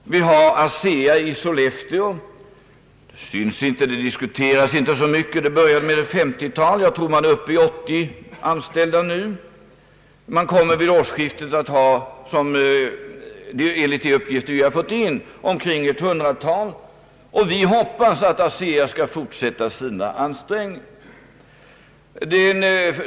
ASEA bedriver verksamhet i Sollefteå — företaget syns inte och diskuteras inte så mycket; det började med ett 530-tal anställda och jag tror att det nu har 80 anställda och att det vid årsskiftet kommer att ha enligt uppgifter som vi har fått in om kring 100 anställda. Vi hoppas att ASEA där skall fortsätta sina ansträngningar.